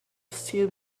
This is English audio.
still